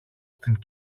στην